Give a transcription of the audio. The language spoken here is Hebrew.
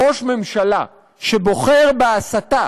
ראש ממשלה שבוחר בהסתה